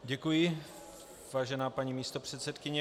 Děkuji, vážená paní místopředsedkyně.